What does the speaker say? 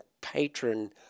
patron